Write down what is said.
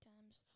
times